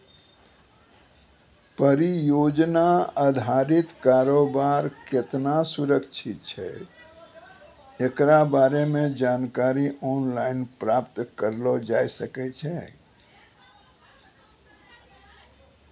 परियोजना अधारित कारोबार केतना सुरक्षित छै एकरा बारे मे जानकारी आनलाइन प्राप्त करलो जाय सकै छै